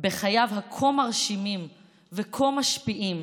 בחייו הכה-מרשימים וכה משפיעים